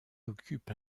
occupe